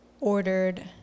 ordered